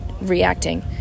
reacting